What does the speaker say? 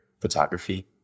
photography